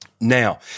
Now